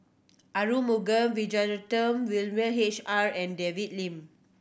Arumugam Vijiaratnam William H R and David Lim